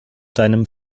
deinem